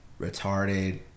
retarded